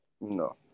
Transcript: No